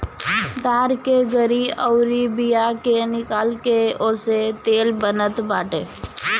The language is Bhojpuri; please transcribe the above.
ताड़ की गरी अउरी बिया के निकाल के ओसे तेल बनत बाटे